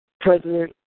President